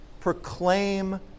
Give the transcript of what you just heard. proclaim